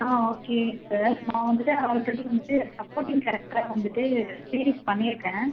ஆ okay sir நான் வந்துட்டு already வந்துட்டு சப்போட்டிங் கேரக்ட்டரா வந்துவிட்டு சீரிஸ் பண்ணியிருக்கேன்